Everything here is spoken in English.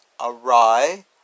awry